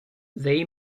they